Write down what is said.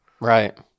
Right